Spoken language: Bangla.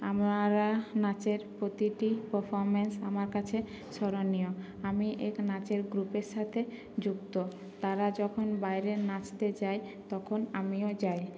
আমরা নাচের প্রতিটি পারফর্মেন্স আমার কাছে স্মরণীয় আমি এক নাচের গ্রুপের সাথে যুক্ত তারা যখন বাইরে নাচতে যায় তখন আমিও যাই